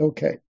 Okay